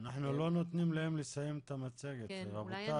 אנחנו לא נותנים להם לסיים את המצגת, רבותי.